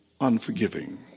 unforgiving